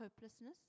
hopelessness